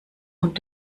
und